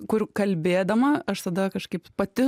kur kalbėdama aš tada kažkaip pati